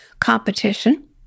competition